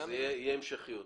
תהיה המשכיות.